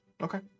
Okay